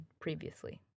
previously